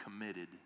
committed